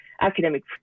academic